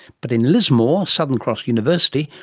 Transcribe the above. but in lismore, southern cross university,